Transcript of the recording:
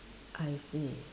I see